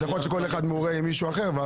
יכול להיות שכל אחד מעורה עם מישהו אחר.